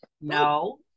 No